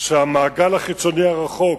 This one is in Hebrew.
שהמעגל החיצוני הרחוק,